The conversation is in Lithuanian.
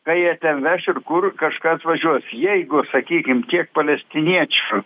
ką jie ten veš ir kur kažkas važiuos jeigu sakykim tiek palestiniečių